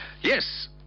Yes